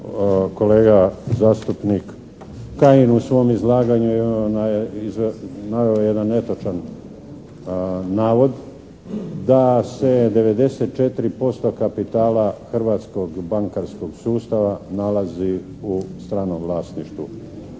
kolega zastupnik Kajin u svom izlaganju je naveo jedan netočan navod da se 94% kapitala hrvatskog bankarskog sustava nalazi u stranom vlasništvu.